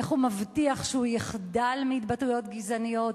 איך הוא מבטיח שהוא יחדל מהתבטאויות גזעניות.